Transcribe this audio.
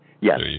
Yes